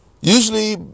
usually